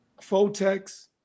Fotex